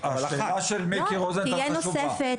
אבל השאלה של מיקי רוזנטל חשובה.